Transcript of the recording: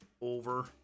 over